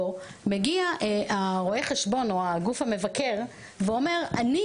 מגיע רואה החשבון או הגוף המבקר ואומר שהוא